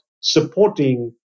supporting